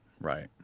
Right